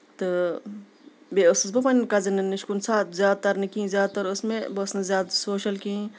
تہٕ بیٚیہِ ٲسٕس بہٕ وَن کَزنن نِش کُنہِ ساتہٕ زیادٕ تر نہٕ کیٚنٛہہ زیادٕ تر ٲس مےٚ بہٕ ٲسٕس نہٕ زیادٕ سوشل کِہینۍ